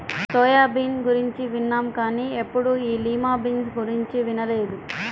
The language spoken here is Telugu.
సోయా బీన్ గురించి విన్నాం కానీ ఎప్పుడూ ఈ లిమా బీన్స్ గురించి వినలేదు